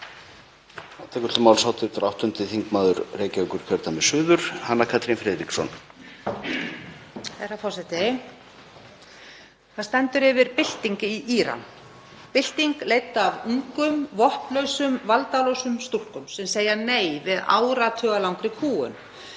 Það stendur yfir bylting í Íran, bylting leidd af ungum vopnlausum og valdalausum stúlkum sem segja nei við áratugalangri kúgun,